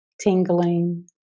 tingling